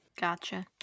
Gotcha